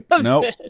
no